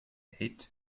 eight